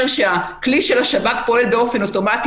שהכלי של השב"כ פועל באופן אוטומטי.